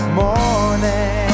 morning